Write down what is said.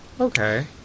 Okay